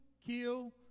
kill